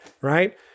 Right